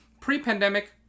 pre-pandemic